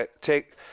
take